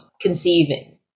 conceiving